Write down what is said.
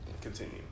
continue